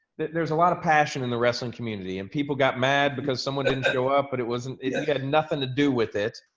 there's a lot of passion in the wrestling community and people got mad because someone didn't show up, but it wasn't, it had nothing to do with it.